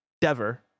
Dever